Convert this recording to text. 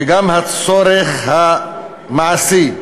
וגם הצורך המעשי,